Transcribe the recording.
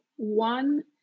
One